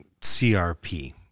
CRP